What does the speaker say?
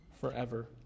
forever